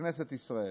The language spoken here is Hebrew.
בכנסת ישראל,